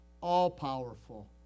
all-powerful